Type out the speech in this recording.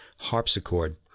harpsichord